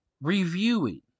reviewing